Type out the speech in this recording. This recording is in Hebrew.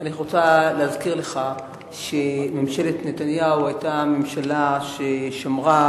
אני רוצה להזכיר לך שממשלת נתניהו היתה ממשלה ששמרה,